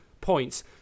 points